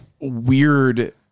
weird